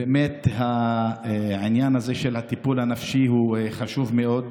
באמת העניין הזה של הטיפול הנפשי הוא חשוב מאוד,